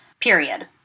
period